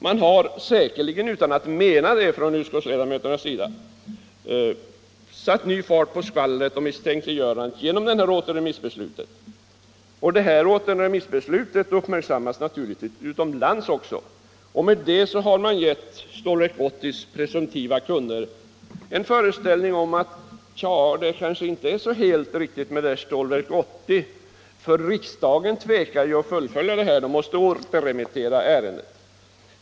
Man har — säkerligen utan att utskottsledamöterna avsett det — satt ny fart på skvallret och misstänkliggörandet genom detta återremissbeslut. Återremissbeslutet har naturligtvis uppmärksammats även utomlands, varmed man ingett Stålverk 80:s presumtiva kunder en föreställning om att det kanske inte är så helt riktigt beställt med Stålverk 80, eftersom riksdagen tvekar att fullfölja sitt beslut och måste återremittera ärendet.